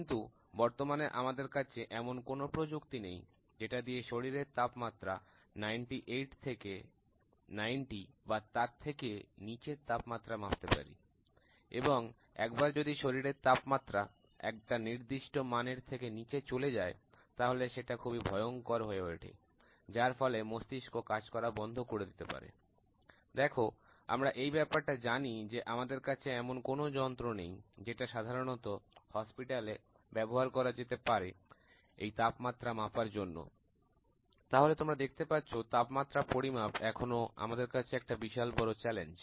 কিন্তু বর্তমানে আমাদের কাছে এমন কোন প্রযুক্তি নেই যেটা দিয়ে শরীরের তাপমাত্রা 98 থেকে 90 বা তার থেকে নিচের তাপমাত্রা মাপতে পারি এবং একবার যদি শরীরের তাপমাত্রা একটা নির্দিষ্ট মানের থেকে নিচে চলে যায় তাহলে সেটা খুবই ভয়ঙ্কর হয়ে ওঠে যার ফলে মস্তিষ্ক কাজ করা বন্ধ করে দিতে পারে দেখো আমরা এই ব্যাপারটা জানি যে আমাদের কাছে এমন কোন যন্ত্র নেই যেটা সাধারণত হসপিটালে ব্যবহার করা যেতে পারে এই তাপমাত্রা মাপার জন্য তাহলে তোমরা দেখতে পাচ্ছ তাপমাত্রার পরিমাপ এখনো আমাদের কাছে একটা বিশাল বড় চ্যালেঞ্জ